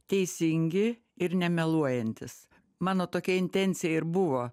teisingi ir nemeluojantys mano tokia intencija ir buvo